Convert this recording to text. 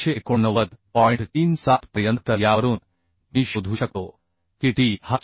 37 पर्यंत तर यावरून मी शोधू शकतो की t हा 4